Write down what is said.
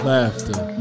Laughter